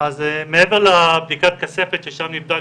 אז מעבר לבדיקת כספת ששם נבדק